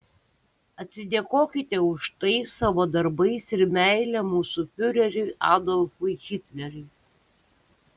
atsidėkokite už tai savo darbais ir meile mūsų fiureriui adolfui hitleriui